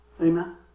amen